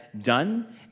done